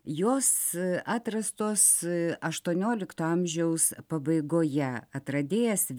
jos atrastos aštuoniolikto amžiaus pabaigoje atradėjas